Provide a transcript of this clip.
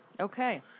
Okay